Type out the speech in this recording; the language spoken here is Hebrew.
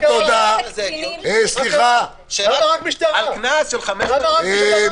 על קנס של 5,000 שקל ומעלה.